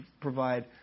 provide